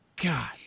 God